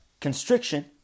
constriction